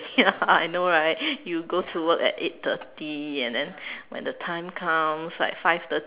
ya I know right you go to work at eight thirty and then when the time comes like five thirty